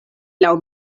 laŭ